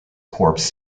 corpse